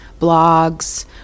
blogs